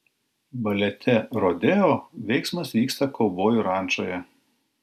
balete rodeo veiksmas vyksta kaubojų rančoje